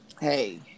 hey